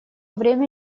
время